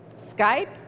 Skype